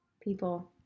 People